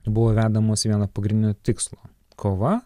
buvo vedamos vieno pagrindinio tikslo kova